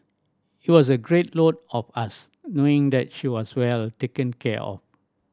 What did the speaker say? it was a great load off us knowing that she was well taken care of